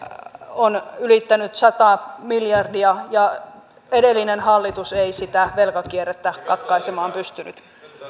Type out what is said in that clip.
on ylittänyt sata miljardia ja edellinen hallitus ei sitä velkakierrettä katkaisemaan pystynyt